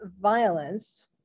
violence